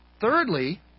Thirdly